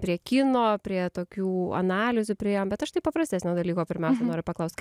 prie kino prie tokių analizių priėjom bet aš tai paprastesnio dalyko pirmiausia noriu paklaust kaip